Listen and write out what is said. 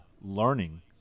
learning